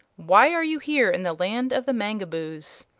why are you here, in the land of the mangaboos?